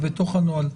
זה בתוך הנוהל.